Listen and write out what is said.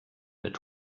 mit